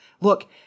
Look